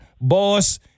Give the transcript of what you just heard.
boss